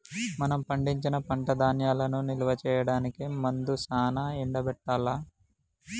మనం పండించిన పంట ధాన్యాలను నిల్వ చేయడానికి ముందు సానా ఎండబెట్టాల్ల